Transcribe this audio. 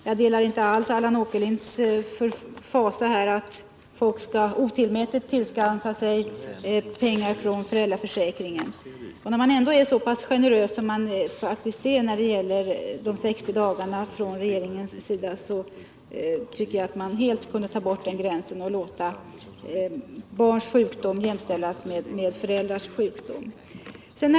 Jag delar inte alls Allan Åkerlinds fasa för att folk orättmätigt skall tillskansa sig pengar från föräldraförsäkringen. När man ändå är så pass generös som regeringen faktiskt är när det gäller de 60 dagarna, så tycker jag att man helt kunde ta bort den gränsen och låta barns sjukdom jämställas med föräldrars sjukdom.